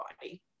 body